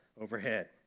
overhead